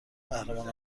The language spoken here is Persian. قهرمان